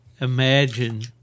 Imagine